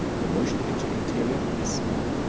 the motion-picture interior is small.